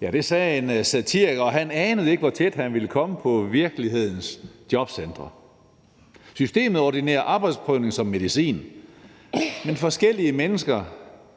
Det sagde en satiriker, og han anede ikke, hvor tæt han ville komme på virkelighedens jobcentre. Systemet ordinerer arbejdsprøvning som medicin, men forskellige mennesker